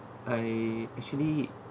I actually